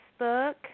Facebook